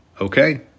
Okay